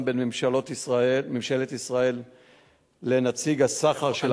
בין ממשלת ישראל לנציג הסחר של ארצות-הברית,